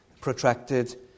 protracted